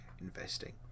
Investing